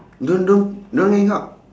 don't don't don't hang up